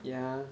yeah